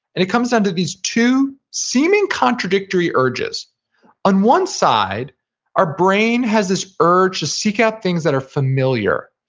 and it comes down to these two seeming contradictory urges on one side our brain has this urge to seek out things that are familiar.